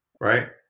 right